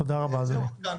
תודה, אדוני.